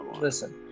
Listen